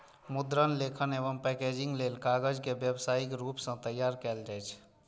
मुद्रण, लेखन एवं पैकेजिंग लेल कागज के व्यावसायिक रूप सं तैयार कैल जाइ छै